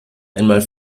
einmal